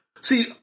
See